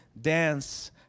dance